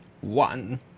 One